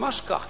ממש כך.